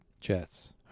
jets